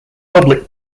public